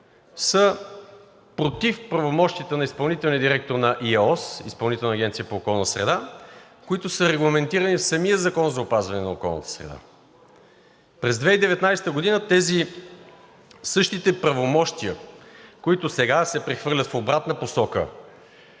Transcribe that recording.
са против правомощията на изпълнителния директор на Изпълнителната агенция по околна среда, които са регламентирани в самия Закон за опазване на околната среда. През 2019 г. тези същите правомощия, които сега се прехвърлят към МОСВ,